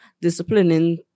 disciplining